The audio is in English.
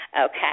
okay